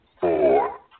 four